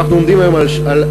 ואנחנו עומדים היום על 209,000,